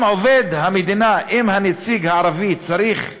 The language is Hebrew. אם עובד המדינה, הנציג הערבי, צריך לייצג,